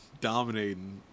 dominating